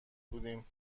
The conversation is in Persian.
بودیم